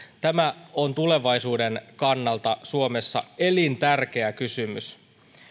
tämä on tulevaisuuden kannalta suomessa elintärkeä kysymys